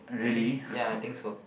I think ya I think so